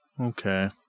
okay